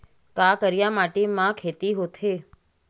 का करिया माटी म खेती होथे?